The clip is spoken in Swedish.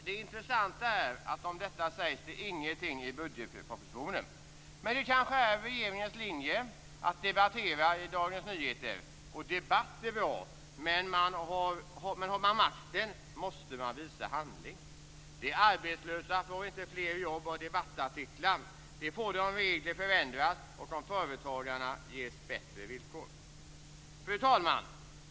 Det intressanta är att om detta sägs det ingenting i budgetpropositionen. Men det kanske är regeringens linje att debattera i Dagens Nyheter. Debatt är bra, men har man makten måste man visa handling. De arbetslösa får inte fler jobb av debattartiklar - det får de om regler förändras och om företagarna ges bättre villkor. Fru talman!